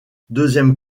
deuxième